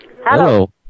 Hello